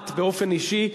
את באופן אישי,